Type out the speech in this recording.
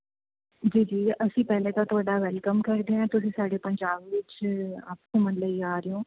ਜੀ ਜੀ ਅਸੀਂ ਪਹਿਲੇ ਤਾਂ ਤੁਹਾਡਾ ਵੈੱਲਕਮ ਕਰਦੇ ਹਾਂ ਤੁਸੀਂ ਸਾਡੇ ਪੰਜਾਬ ਵਿੱਚ ਘੁੰਮਣ ਲਈ ਆ ਰਹੇ ਹੋ